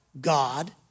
God